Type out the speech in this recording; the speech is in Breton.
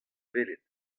welet